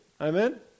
Amen